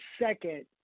second